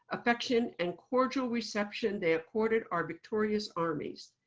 affection, and cordial reception they accorded our victorious armies,